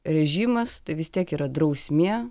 režimas tai vis tiek yra drausmė